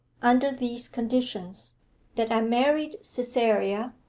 under these conditions that i married cytherea,